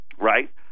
right